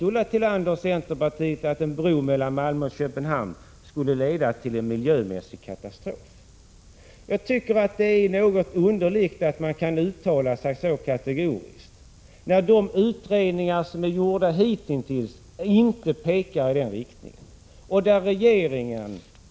Ulla Tillander och centerpartiet vet att en bro mellan Malmö och Köpenhamn skulle leda till en miljömässig katastrof. Jag tycker att det är något underligt att man kan uttala sig så kategoriskt, när de utredningar som är gjorda hitintills inte pekar i den riktningen.